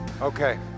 Okay